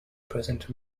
present